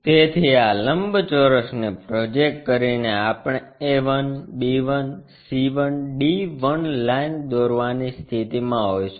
તેથી આ લંબચોરસને પ્રોજેક્ટ કરીને આપણે a 1 b 1 c 1 d 1 line દોરવાની સ્થિતિમાં હોઈશું